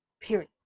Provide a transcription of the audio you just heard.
period